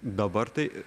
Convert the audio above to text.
dabar tai